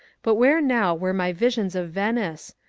but where now were my visions of venice?